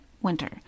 winter